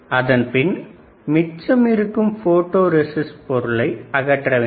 அதன்பின் மிச்சமிருக்கும் photo resist பொருளை அகற்ற வேண்டும்